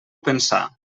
pensar